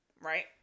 right